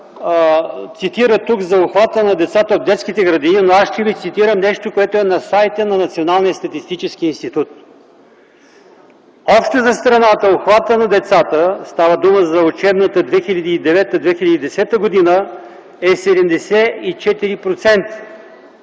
цитира тук за обхвата на децата в детските градини, но аз ще ви цитирам нещо, което е на сайта на Националния статистически институт: общо за страната обхватът на децата, става дума за учебната 2009-2010 г., е 74%,